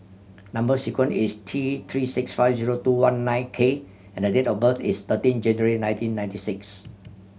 number sequence is T Three six five zero two one nine K and date of birth is thirteen January nineteen ninety six